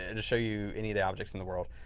and show you any of the objects in the world.